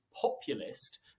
populist